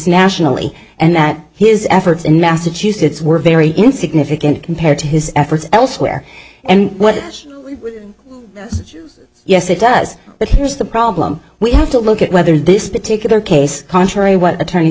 nationally and that his efforts in massachusetts were very insignificant compared to his efforts elsewhere and what yes it does but here's the problem we have to look at whether this particular case contrary what attorney